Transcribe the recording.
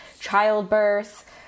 childbirth